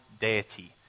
deity